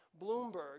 bloomberg